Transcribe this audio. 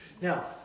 Now